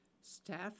Staff